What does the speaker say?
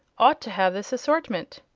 ought to have this assortment.